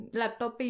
laptop